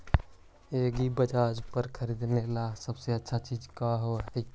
एग्रीबाजार पर खरीदने ला सबसे अच्छा चीज का हई?